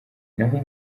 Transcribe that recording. naho